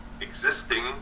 existing